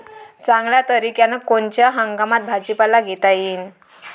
चांगल्या तरीक्यानं कोनच्या हंगामात भाजीपाला घेता येईन?